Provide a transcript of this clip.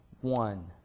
one